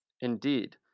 Indeed